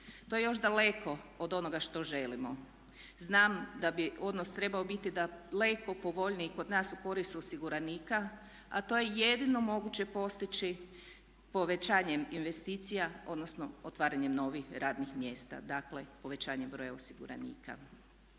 To je još daleko od onoga što želimo. Znam da bi odnos trebao biti daleko povoljniji kod nas u korist osiguranika a to je jedino moguće postići povećanjem investicija odnosnom otvaranjem novih radnih mjesta, dakle povećanjem broja osiguranika.